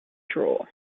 draw